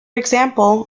example